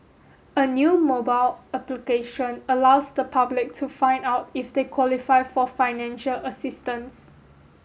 a new mobile application allows the public to find out if they qualify for financial assistance